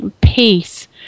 peace